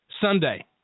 Sunday